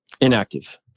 inactive